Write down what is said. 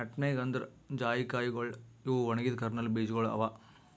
nutmeg ಅಂದುರ್ ಜಾಯಿಕಾಯಿಗೊಳ್ ಇವು ಒಣಗಿದ್ ಕರ್ನಲ್ ಬೀಜಗೊಳ್ ಅವಾ